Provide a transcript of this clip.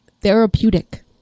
therapeutic